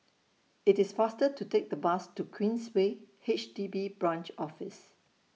IT IS faster to Take The Bus to Queensway H D B Branch Office